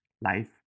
Life